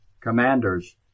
commanders